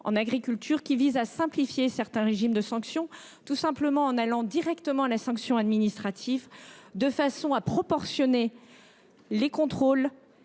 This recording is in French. en agriculture permettra de simplifier certains régimes de sanctions. Il s’agit d’aller directement à la sanction administrative, de façon à proportionner les contrôles